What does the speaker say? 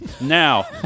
Now